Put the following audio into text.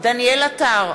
דניאל עטר,